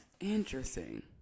Interesting